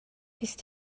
ist